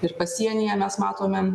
ir pasienyje mes matome